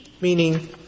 Meaning